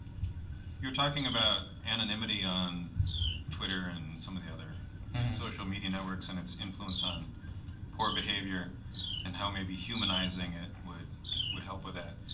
talking about anonymity on twitter and some of the other social media networks and its influence on poor behavior and how maybe humanizing it would would help with that.